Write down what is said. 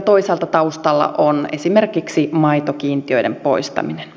toisaalta taustalla on esimerkiksi maitokiintiöiden poistaminen